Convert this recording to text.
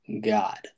god